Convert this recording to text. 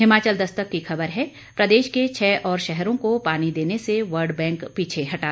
हिमाचल दस्तक की खबर है प्रदेश के छह और शहरों को पानी देने से वर्ल्ड बैंक पीछे हटा